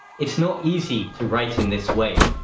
it's not easy to write in this way.